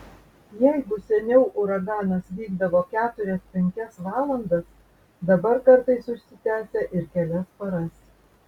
jeigu seniau uraganas vykdavo keturias penkias valandas dabar kartais užsitęsia ir kelias paras